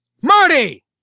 Marty